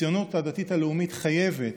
הציונות הדתית הלאומית חייבת,